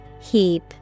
Heap